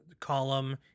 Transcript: column